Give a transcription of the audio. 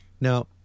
Now